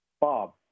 Bob